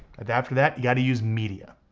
and after that you gotta use media,